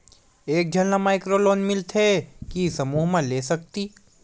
एक झन ला माइक्रो लोन मिलथे कि समूह मा ले सकती?